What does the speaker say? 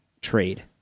trade